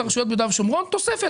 הרשויות ביהודה ושומרון ולתת שם תוספת.